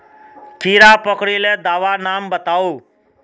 कीड़ा पकरिले दाबा नाम बाताउ?